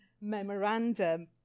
memorandum